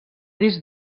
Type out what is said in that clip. disc